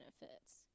benefits